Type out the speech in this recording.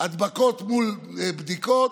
הדבקות מול בדיקות,